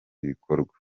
bikorwa